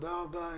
תודה רבה,